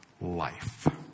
life